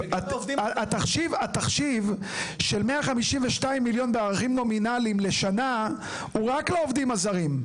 התחשיב של 152 מיליון בערכים נומינליים לשנה הוא רק לעובדים הזרים.